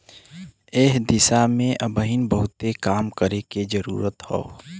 एह दिशा में अबहिन बहुते काम करे के जरुरत हौ